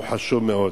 והוא חשוב מאוד.